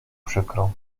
przykrą